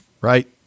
right